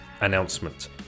announcement